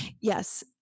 Yes